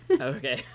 Okay